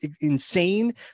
insane